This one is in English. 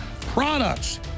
products